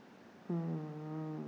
mm